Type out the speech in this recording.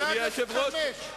אדוני היושב-ראש,